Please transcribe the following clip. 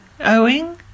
owing